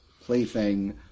plaything